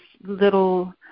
little